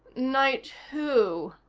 knight who?